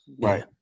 Right